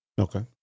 Okay